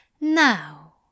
Now